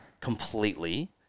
completely